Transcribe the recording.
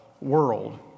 world